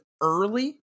early